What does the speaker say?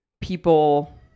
people